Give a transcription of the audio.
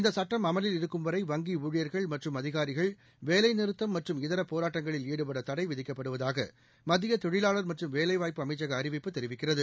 இந்த சுட்டம் அமலில் இருக்கும்வரை வங்கி ஊழியர்கள் மற்றும் அதிகாரிகள் வேலைநிறுத்தம் மற்றும் இதர போராட்டங்களில் ஈடுபட தடை விதிக்கப்படுவதாக மத்திய தொழிலாளர் மற்றும் வேலைவாய்ப்பு அமைச்சக அறிவிப்பு தெரிவிக்கிறது